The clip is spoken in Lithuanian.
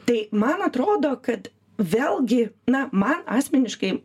tai man atrodo kad vėlgi na man asmeniškai